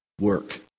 work